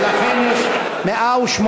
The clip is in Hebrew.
ולכן יש 108